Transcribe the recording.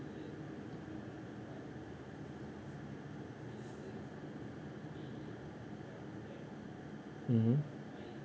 mmhmm